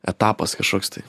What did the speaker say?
etapas kažkoks tai